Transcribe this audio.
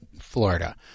Florida